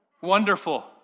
Wonderful